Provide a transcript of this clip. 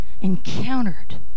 encountered